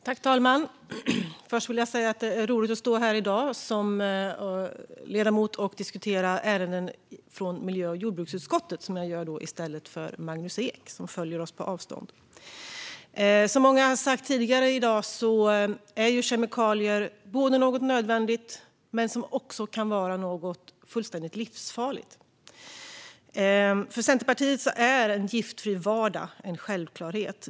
Fru talman! Jag vill börja med att säga att det är roligt att stå här i dag som ledamot och diskutera ärenden från miljö och jordbruksutskottet. Jag gör det i stället för Magnus Ek, som följer oss på avstånd. Som många har sagt tidigare i dag är kemikalier både något nödvändigt och något som kan vara fullständigt livsfarligt. För Centerpartiet är en giftfri vardag en självklarhet.